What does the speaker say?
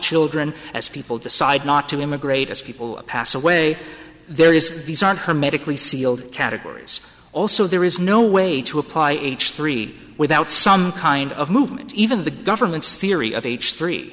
children as people decide not to immigrate as people pass away there is these are hermetically sealed categories also there is no way to apply h three without some kind of movement even the government's theory of h three